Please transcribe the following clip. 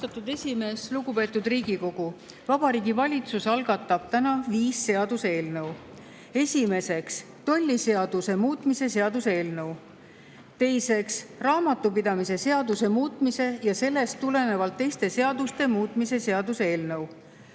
Vabariigi Valitsus algatab täna viis seaduseelnõu. Esiteks, tolliseaduse muutmise seaduse eelnõu. Teiseks, raamatupidamise seaduse muutmise ja sellest tulenevalt teiste seaduste muutmise seaduse eelnõu.